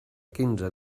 quinze